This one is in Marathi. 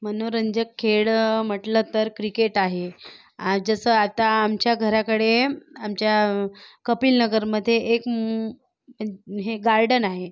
मनोरंजक खेळ म्हटलं तर क्रिकेट आहे आज जसं आता आमच्या घराकडे आमच्या कपिलनगरमध्ये एक हे गार्डन आहे